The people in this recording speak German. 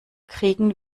kriegen